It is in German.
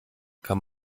kann